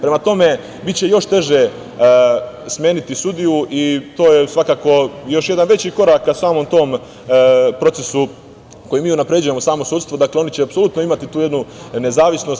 Prema tome, biće još teže smeniti sudiju i to je, svakako još jedan veći korak ka samom tom procesu kojim mi unapređujemo samo sudstvo, dakle, oni će apsolutno imati tu jednu nezavisnost.